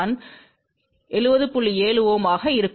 7 Ω ஆக இருக்கும்